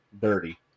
dirty